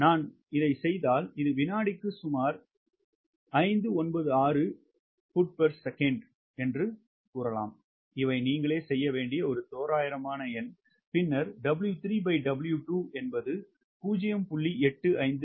நான் இதைச் செய்தால் இது வினாடிக்கு சுமார் 596 right fps இவை நீங்களே செய்ய வேண்டிய தோராயமான எண் பின்னர் 𝑊3W2 0